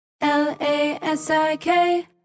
L-A-S-I-K